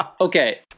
okay